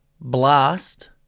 blast